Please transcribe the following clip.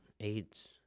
AIDS